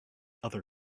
other